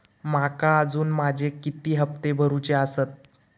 माका अजून माझे किती हप्ते भरूचे आसत?